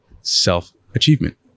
self-achievement